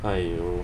!aiyo!